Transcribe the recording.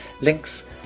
links